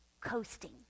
coasting